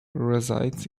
resides